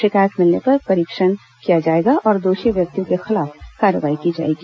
शिकायत मिलने पर परीक्षण किया जाएगा और दोषी व्यक्तियों के खिलाफ कार्रवाई की जाएगी